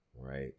Right